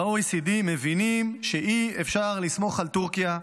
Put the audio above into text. וה-OECD מבינות שאי-אפשר לסמוך על טורקיה,